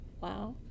Wow